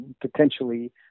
potentially